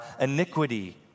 iniquity